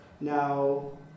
now